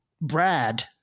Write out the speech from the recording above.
Brad